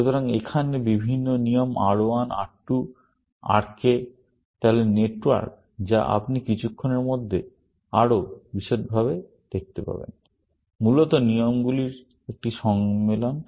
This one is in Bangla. সুতরাং এখানে বিভিন্ন নিয়ম R1 R2 Rk তাহলে নেটওয়ার্ক যা আপনি কিছুক্ষণের মধ্যে আরও বিশদভাবে দেখতে পাবেন মূলত নিয়মগুলির একটি সংকলন